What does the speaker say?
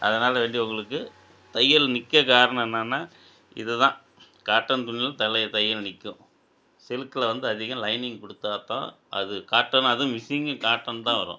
அதனால் வேண்டி உங்களுக்கு தையல் நிற்க காரணம் என்னென்னால் இது தான் காட்டன் துணியில் தலைய தையல் நிற்கும் சில்க்கில் வந்து அதிகம் லைனிங் கொடுத்தா தான் அது காட்டனும் அதும் மிஸ்ஸிங்கு காட்டன் தான் வரும்